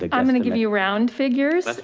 like i'm gonna give you round figures.